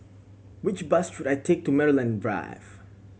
which bus should I take to Maryland Drive